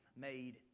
made